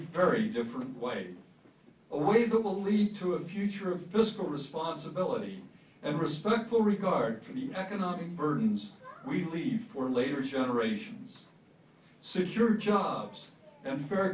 very different way away that will lead to a future of fiscal responsibility and respectful regard for the economic burdens we leave for later generations secure jobs and fair